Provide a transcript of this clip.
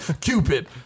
Cupid